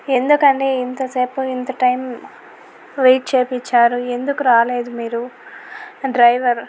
ఎందుకండి ఇంతసేపు ఇంత టైం వెయిట్ చేయించ్చారు ఎందుకు రాలేదు మీరు డ్రైవర్